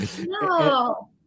no